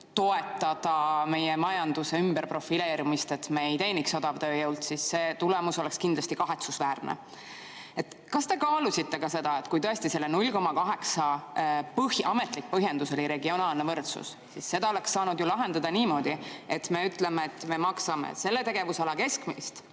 toetada meie majanduse ümberprofileerimist, et me ei teeniks odavtööjõult, oleks tulemus kindlasti kahetsusväärne. Kas te kaalusite ka seda, et kui tõesti selle [koefitsiendi] 0,8 ametlik põhjendus oli regionaalne võrdsus, siis seda oleks ju saanud lahendada niimoodi, et me ütleme, et me maksame selle tegevusala keskmist